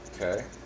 okay